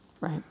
right